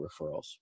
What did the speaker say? Referrals